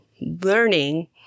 learning